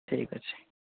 ଠିକ୍ ଅଛି